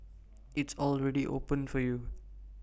it's already open for you